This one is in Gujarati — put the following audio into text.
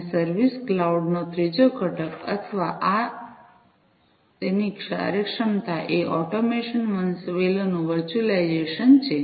અને સર્વિસ ક્લાઉડ નો ત્રીજો ઘટક અથવા આ અથવા તેની કાર્યક્ષમતા એ ઓટોમેશન વંશવેલોનું વર્ચ્યુઅલાઈઝેશન છે